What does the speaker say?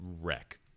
wreck